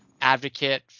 advocate